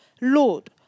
Lord